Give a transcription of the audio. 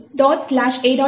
a